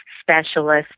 specialist